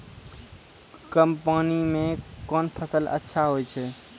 कम पानी म कोन फसल अच्छाहोय छै?